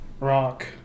Rock